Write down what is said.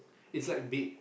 it's like big